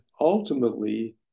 ultimately